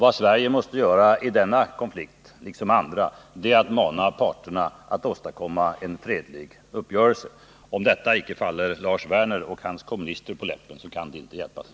Vad Sverige måste göra i denna konflikt, liksom i andra, är att mana parterna att åstadkomma en fredlig uppgörelse. Om detta icke faller Lars Werner och hans kommunister på läppen, så kan det inte hjälpas.